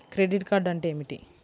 Credit card అంటే ఏమిటి?